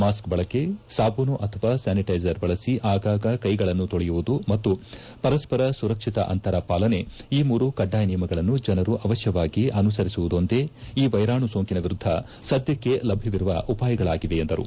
mask ಬಳಕೆ ಸಾಬೂನು ಅಥವಾ ಸ್ಥಾನಿಟೈಸರ್ ಬಳಸಿ ಆಗಾಗ ಕೈಗಳನ್ನು ತೊಳೆಯುವುದು ಮತ್ತು ಪರಸ್ಪರ ಸುರಕ್ಷಿತ ಅಂತರ ಪಾಲನೆ ಈ ಮೂರು ಕಡ್ಡಾಯ ನಿಯಮಗಳನ್ನು ಜನರು ಅವಶ್ಯವಾಗಿ ಅನುಸರಿಸುವುದೊಂದೇ ಈ ವೈರಾಣು ಸೋಂಕಿನ ವಿರುದ್ಧ ಸದ್ದಕ್ಕೆ ಲಭ್ಯವಿರುವ ಉಪಾಯಗಳಾಗಿವೆ ಎಂದರು